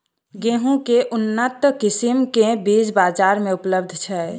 गेंहूँ केँ के उन्नत किसिम केँ बीज बजार मे उपलब्ध छैय?